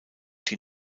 die